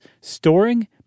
storing